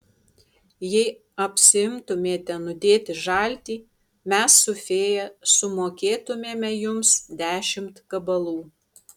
jei apsiimtumėte nudėti žaltį mes su fėja sumokėtumėme jums dešimt gabalų